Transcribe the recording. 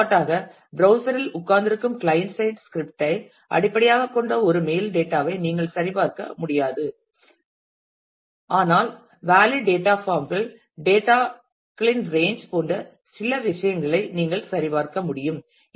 எடுத்துக்காட்டாக ப்ரௌஸ்சர் இல் உட்கார்ந்திருக்கும் கிளையன்ட் சைட் ஸ்கிரிப்ட்டை அடிப்படையாகக் கொண்ட ஒரு மெயில் டேட்டா ஐ நீங்கள் சரிபார்க்க முடியாது ஆனால் வேலிட் டேட்டா பாம் கள் டேட்டா களின் ரேன்ச் போன்ற சிறிய விஷயங்களை நீங்கள் சரிபார்க்க முடியும்